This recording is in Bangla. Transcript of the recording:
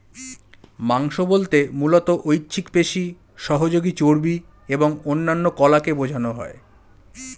মাংস বলতে মূলত ঐচ্ছিক পেশি, সহযোগী চর্বি এবং অন্যান্য কলাকে বোঝানো হয়